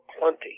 plenty